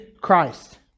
Christ